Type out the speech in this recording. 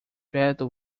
perto